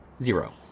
Zero